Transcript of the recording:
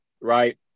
right